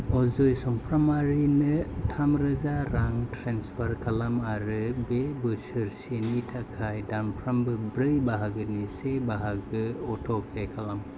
अजय चामफ्रामारिनो थाम रोजा रां ट्रेन्सफार खालाम आरो बे बोसोरसेनि थाखाय दानफ्रोमबो ब्रै बाहागोनि से बाहागो अट'पे खालाम